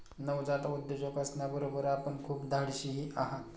नवजात उद्योजक असण्याबरोबर आपण खूप धाडशीही आहात